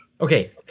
Okay